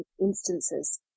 instances